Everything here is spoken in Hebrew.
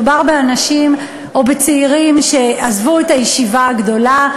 מדובר באנשים או בצעירים שעזבו את הישיבה הגדולה,